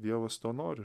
dievas to nori